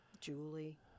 julie